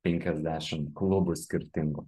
penkiasdešim klubų skirtingų